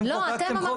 אתם חוקקתם חוק תקציב.